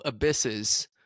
abysses